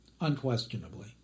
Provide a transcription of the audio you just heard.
unquestionably